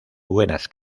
buenas